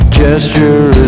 gesture